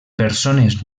persones